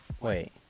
Wait